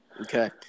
Okay